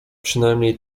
przynajmniej